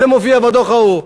זה מופיע בדוח ההוא.